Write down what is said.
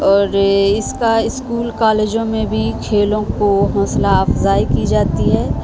اور اس کا اسکول کالجوں میں بھی کھیلوں کو حوصلہ افزائی کی جاتی ہے